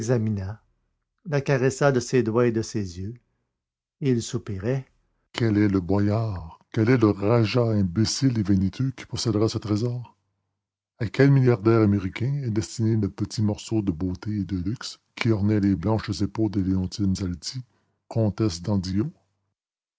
l'examina la caressa de ses doigts et de ses yeux émus et il soupirait quel est le boyard quel est le rajah imbécile et vaniteux qui possédera ce trésor à quel milliardaire américain est destiné le petit morceau de beauté et de luxe qui ornait les blanches épaules de léontine zalti